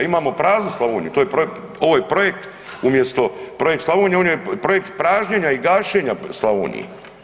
Imamo praznu Slavoniju, ovo je projekt umjesto projekt Slavonija, on je projekt pražnjenja i gašenja Slavonije.